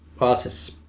artists